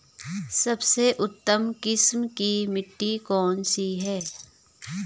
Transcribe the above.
सबसे उत्तम किस्म की मिट्टी कौन सी है?